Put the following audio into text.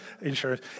insurance